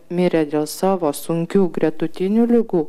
mirė dėl savo sunkių gretutinių ligų